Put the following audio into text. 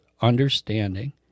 understanding